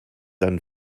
dann